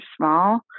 small